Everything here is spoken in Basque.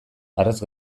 harrez